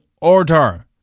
order